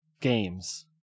games